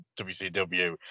WCW